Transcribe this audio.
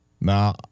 Now